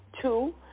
two